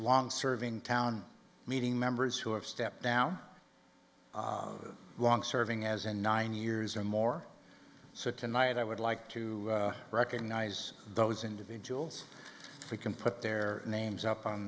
long serving town meeting members who have stepped down long serving as a nine years or more so tonight i would like to recognize those individuals we can put their names up on